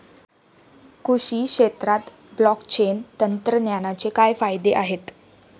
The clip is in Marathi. कृषी क्षेत्रात ब्लॉकचेन तंत्रज्ञानाचे काय फायदे आहेत?